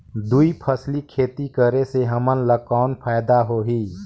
दुई फसली खेती करे से हमन ला कौन फायदा होही?